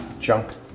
junk